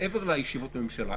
מעבר לישיבות הממשלה.